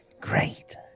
Great